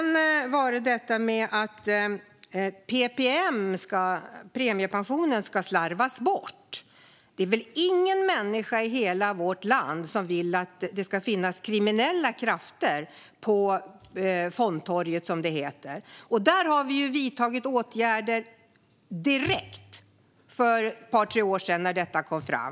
När det gäller att premiepensionen skulle slarvas bort är det väl ingen människa i hela vårt land som vill att det ska finnas kriminella krafter på fondtorget, som det heter. Där vidtog vi åtgärder direkt för ett par tre år sedan när detta kom fram.